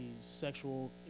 sexual